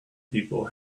people